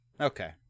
Okay